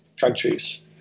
countries